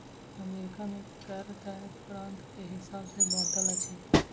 America में कर दर प्रान्त के हिसाब सॅ बाँटल अछि